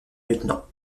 lieutenant